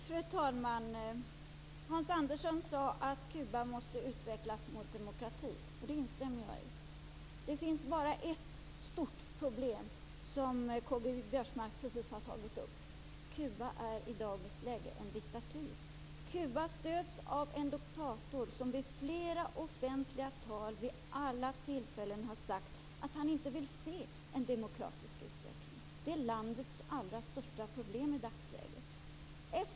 Fru talman! Hans Andersson sade att Kuba måste utvecklas mot demokrati. Det instämmer jag i. Det finns bara ett stort problem, som K-G Biörsmark precis har tagit upp, Kuba är i dagens läge en diktatur. Kuba stöds av en diktator som i flera offentliga tal vid alla tillfällen har sagt att han inte vill se en demokratisk utveckling. Det är landets allra största problem i dagsläget.